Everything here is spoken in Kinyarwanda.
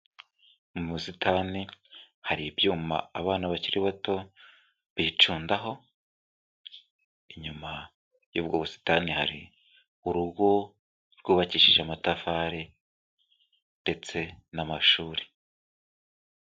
Ni mu busitani, hari ibyuma abana bakiri bato bicundaho, inyuma y'ubwo busitani hari urugo rwubakishije amatafari, ndetse n'amashuri.